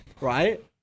Right